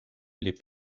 les